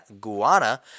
Guana